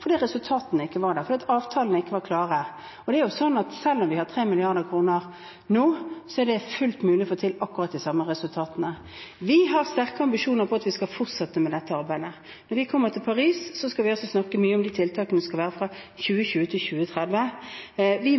fordi resultatene ikke var der, fordi avtalene ikke var klare. Selv om vi har 3 mrd. kr nå, er det fullt mulig å få akkurat de samme resultatene. Vi har sterke ambisjoner om at vi skal fortsette med dette arbeidet. Når vi kommer til Paris, skal vi snakke mye om de tiltakene som skal komme fra 2020 til 2030. Vi